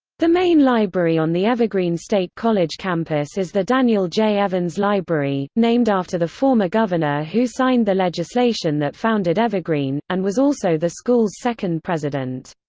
the main library on the evergreen state college campus is the daniel j. evans library, named after the former governor who signed the legislation that founded evergreen, and was also the school's second president.